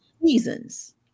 Reasons